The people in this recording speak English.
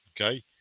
Okay